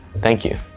thank you.